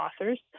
authors